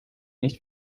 nicht